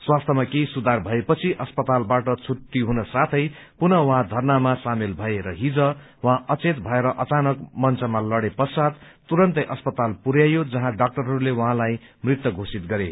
स्वास्थ्यमा केही सुधार भएपछि अस्पतालबाट छुट्टी हुन साथै पुनः उहाँ अनशनमा सामेल भए र हिज उहाँ अचेत भएर अचानक मंचमा लड़े पश्चात तुरन्तै अस्पताल पुरयाइयो जहाँ डाक्टरहरूले उहाँलाई मृत घोषित गरे